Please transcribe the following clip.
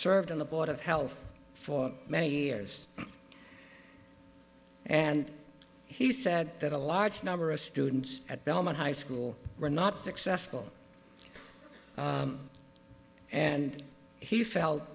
served on the board of health for many years and he said that a large number of students at belmont high school were not successful and he felt